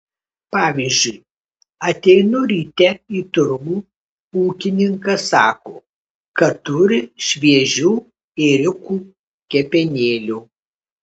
pavyzdžiui ateinu ryte į turgų ūkininkas sako kad turi šviežių ėriukų kepenėlių